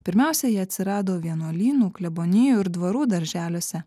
pirmiausia jie atsirado vienuolynų klebonijų ir dvarų darželiuose